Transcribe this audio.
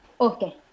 Okay